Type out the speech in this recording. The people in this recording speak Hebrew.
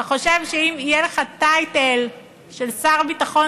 אתה חושב שאם יהיה לך טייטל של שר ביטחון,